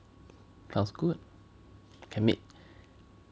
sounds good can meet